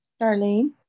Darlene